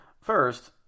First